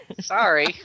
Sorry